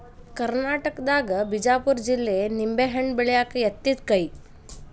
ಕರ್ನಾಟಕದಾಗ ಬಿಜಾಪುರ ಜಿಲ್ಲೆ ನಿಂಬೆಹಣ್ಣ ಬೆಳ್ಯಾಕ ಯತ್ತಿದ ಕೈ